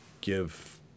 give